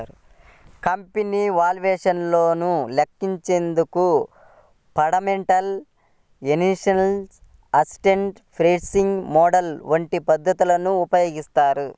company valuation ను లెక్కించేందుకు fundamental analysis, asset pricing model వంటి పద్ధతులను ఉపయోగిస్తారు